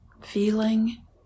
feeling